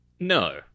No